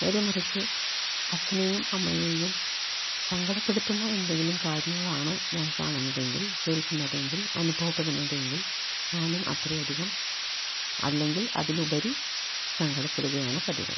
നേരെമറിച്ച് അച്ഛനെയും അമ്മയെയും സങ്കടപ്പെടുത്തുന്ന എന്തെങ്കിലും കാര്യങ്ങളാണ് ഞാൻ കാണുന്നതെങ്കിൽ കേൾക്കുന്നതെങ്കിൽ അനുഭവപ്പെടുന്നതെങ്കിൽ ഞാനും അത്രയധികം അല്ലെങ്കിൽ അതിലുപരി സങ്കടപ്പെടുകയാണ് പതിവ്